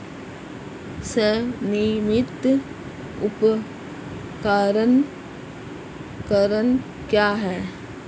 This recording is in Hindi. स्वनिर्मित उपकरण क्या है?